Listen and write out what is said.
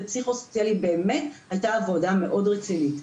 פסיכוסוציאלי באמת הייתה עבודה מאוד רצינית.